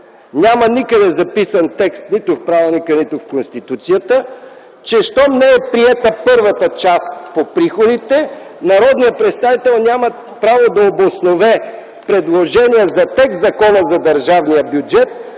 няма записан текст – нито в правилника, нито в Конституцията, че щом не е приета първата част - по приходите, народният представител няма право да обоснове предложение за текст в Закона за държавния бюджет,